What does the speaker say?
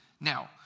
Now